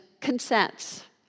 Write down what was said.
consents